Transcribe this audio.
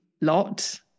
lot